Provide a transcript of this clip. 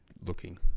looking